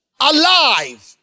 alive